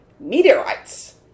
Meteorites